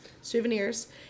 souvenirs